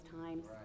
times